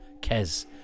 Kez